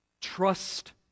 trust